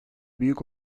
büyük